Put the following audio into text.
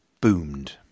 boomed